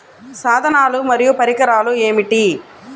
సాధనాలు మరియు పరికరాలు ఏమిటీ?